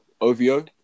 OVO